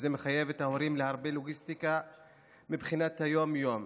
וזה מחייב את ההורים להרבה לוגיסטיקה מבחינת היום-יום,